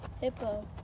Hippo